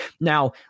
Now